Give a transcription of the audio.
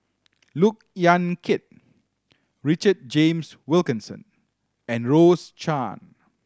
Look Yan Kit Richard James Wilkinson and Rose Chan